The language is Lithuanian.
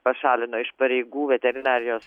pašalino iš pareigų veterinarijos